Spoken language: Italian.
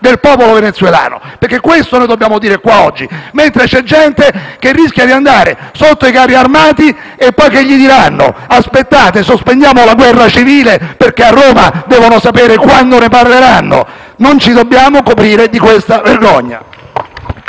del popolo venezuelano! È questo che dobbiamo dire in questa sede oggi, perché c'è gente che rischia di andare sotto i carri armati e cosa verrà detto loro? Aspettate, sospendiamo la guerra civile, perché a Roma devono sapere quando ne parleranno? Non ci dobbiamo coprire di questa vergogna.